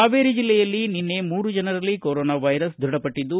ಹಾವೇರಿ ಜಿಲ್ಲೆಯಲ್ಲಿ ನಿನ್ನೆ ಮೂರು ಜನರಲ್ಲಿ ಕೊರೊನಾ ವೈರಸ್ ದೃಢಪಟ್ಟದ್ದು